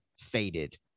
faded